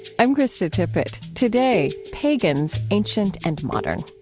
i'm krista tippett. today, pagans ancient and modern.